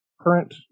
current